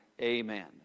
amen